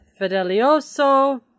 Fidelioso